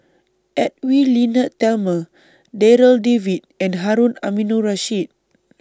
Edwy Lyonet Talma Darryl David and Harun Aminurrashid